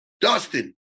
Dustin